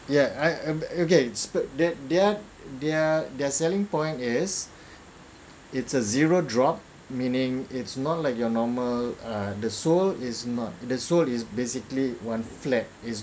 ya I am okay it's that they're they're they're selling point is its a zero drop meaning it's not like your normal uh the sole is not the sole is basically one flap